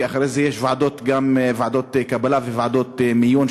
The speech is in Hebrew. כי אחרי זה יש גם ועדות קבלה וועדות מיון,